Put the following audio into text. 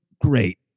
Great